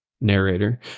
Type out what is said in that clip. narrator